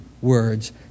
words